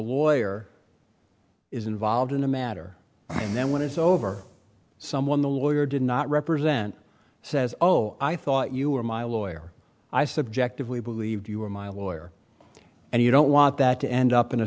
lawyer is involved in the matter and then when it's over someone the lawyer did not represent says oh i thought you were my lawyer i subjectively believed you were my lawyer and you don't want that to end up in a